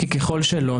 ככל שלא,